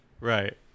Right